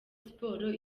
sports